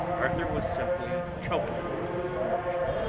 arthur was simply choking with emotion,